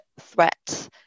threat